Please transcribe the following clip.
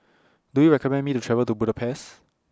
Do YOU recommend Me to travel to Budapest